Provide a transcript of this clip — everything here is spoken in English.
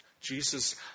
Jesus